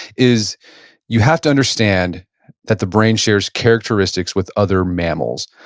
is you have to understand that the brain shares characteristics with other mammals.